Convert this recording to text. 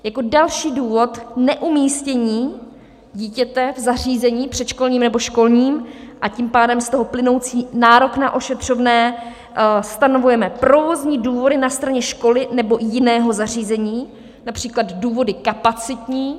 Jako další důvod k neumístění dítěte v zařízení předškolním nebo školním, a tím pádem z toho plynoucí nárok na ošetřovné, stanovujeme provozní důvody na straně školy nebo jiného zařízení, například z důvodu kapacity.